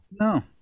No